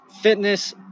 Fitness